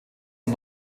und